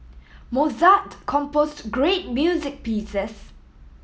Mozart composed great music pieces